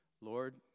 Lord